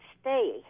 stay